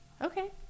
Okay